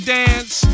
dance